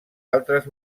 altres